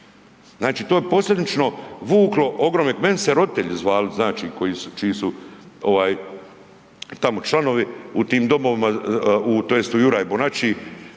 Znači to je posljedično vuklo ogromne, mene se roditelji zvali znači koji su, čiju su ovaj tamo članovi u tim domovima tj. u Juraj